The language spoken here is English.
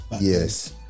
Yes